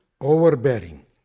overbearing